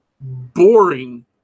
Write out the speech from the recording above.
boring